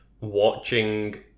watching